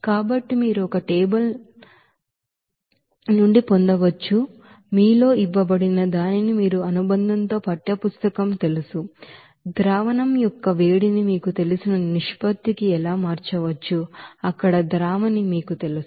కాబట్టి మీరు ఒక టేబుల్ నుండి పొందవచ్చు మీలో ఇవ్వబడిన దానిని మీరు అనుబంధంలో పాఠ్యపుస్తకం తెలుసు ಹೀಟ್ ಒಫ್ ಸೊಲ್ಯೂಷನ್ మీకు తెలిసిన నిష్పత్తికి ఎలా మార్చవచ్చు అక్కడ ಸೊಲ್ಯೂಷನ್ మీకు తెలుసు